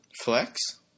Flex